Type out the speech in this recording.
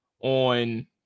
on